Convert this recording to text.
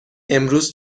امروز